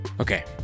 Okay